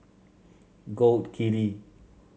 Gold Kili